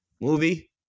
movie